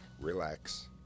relax